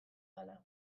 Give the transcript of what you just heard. ahala